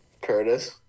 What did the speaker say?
Curtis